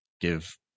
give